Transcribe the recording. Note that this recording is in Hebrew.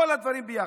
כל הדברים ביחד.